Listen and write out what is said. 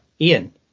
Ian